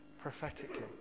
prophetically